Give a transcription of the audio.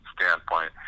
standpoint